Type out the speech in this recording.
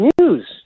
news